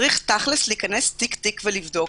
צריך תכל'ס להיכנס תיק, תיק ולבדוק